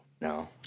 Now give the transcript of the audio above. no